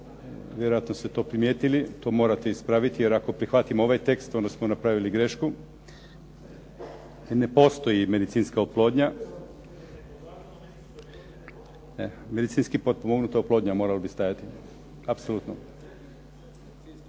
Vjerojatno ste to primijetili, to morate ispraviti, jer ako prihvatimo ovaj tekst, onda smo napravili grešku. Ne postoji medicinska oplodnja. Medicinski potpomognuta oplodnja moralo bi stajati. Apsolutno.